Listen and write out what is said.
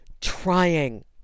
trying